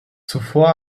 zuvor